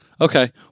Okay